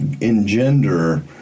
engender